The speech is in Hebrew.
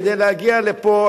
כדי להגיע לפה,